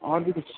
और भी कुछ